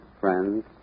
friends